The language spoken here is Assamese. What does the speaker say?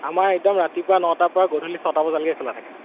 আমাৰ একদম ৰাতিপুৱা নটা পৰা গধূলি ছটা বজালৈকে খোলা থাকে